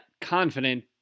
confident